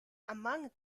among